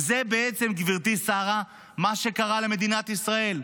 וזה בעצם, גברתי שרה, מה שקרה למדינת ישראל.